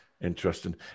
Interesting